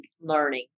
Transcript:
learning